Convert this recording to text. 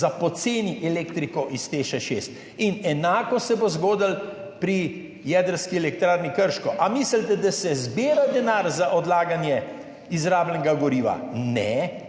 za poceni elektriko iz Teš 6. Enako se bo zgodilo pri jedrski elektrarni Krško. Ali mislite, da se zbira denar za odlaganje izrabljenega goriva? Ne,